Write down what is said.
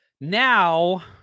Now